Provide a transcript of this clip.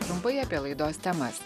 trumpai apie laidos temas